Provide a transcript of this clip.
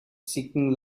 seeking